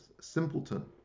simpleton